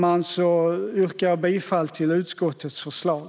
Med det yrkar jag bifall utskottets förslag.